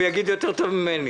הוא יגיד טוב יותר ממני.